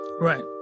Right